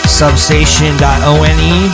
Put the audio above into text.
substation.one